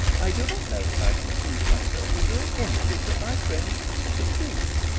i do not know that i can accuse myself of doing anything that my friends should disapprove.